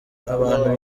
abantu